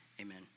amen